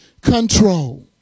control